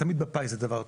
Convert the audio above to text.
תמיד בפיס זה דבר טוב.